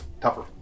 tougher